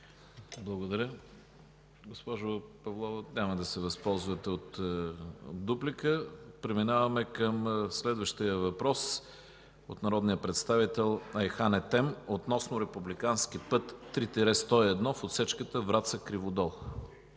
Благодаря. Госпожо Павлова? Няма да се възползвате от дуплика. Преминаваме към следващия въпрос – от народния представител Айхан Етем, относно републикански път ІІІ-101, в отсечката Враца – Криводол.